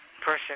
person